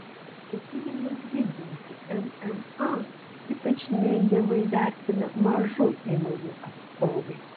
ketinimus didinti mma ypač neigiamai vertina mažų įmonių atstovai